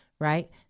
right